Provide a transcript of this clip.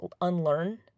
unlearn